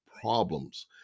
problems